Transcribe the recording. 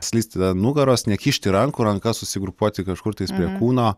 slysti ant nugaros nekišti rankų rankas susigrupuoti kažkur tais prie kūno